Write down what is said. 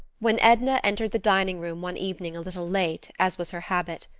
when edna entered the dining-room one evening a little late, as was her habit,